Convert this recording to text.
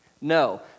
No